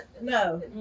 No